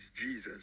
Jesus